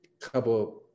couple